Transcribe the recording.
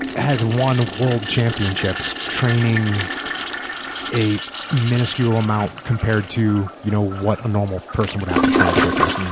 has won world championships training a miniscule amount compared to you know what a normal person would have to train to get there.